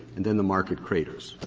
and then the market craters.